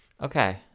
Okay